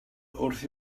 wrth